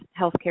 healthcare